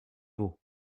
beau